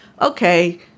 okay